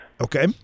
Okay